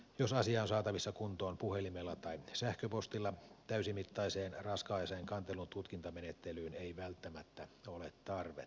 jos asia on saatavissa kuntoon puhelimella tai sähköpostilla täysimittaiseen raskaaseen kantelun tutkintamenettelyyn ei välttämättä ole tarvetta